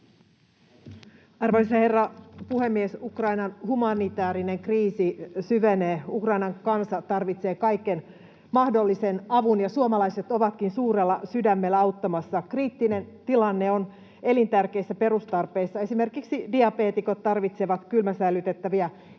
Arvoisa herra puhemies! Ukrainan humanitäärinen kriisi syvenee. Ukrainan kansa tarvitsee kaiken mahdollisen avun, ja suomalaiset ovatkin suurella sydämellä auttamassa. Kriittinen tilanne on elintärkeissä perustarpeissa, esimerkiksi diabeetikot tarvitsevat kylmäsäilytettäviä